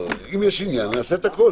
אם יש עניין, נעשה את הכול.